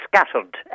scattered